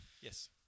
Yes